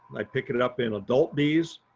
i pick it it up in adult bees.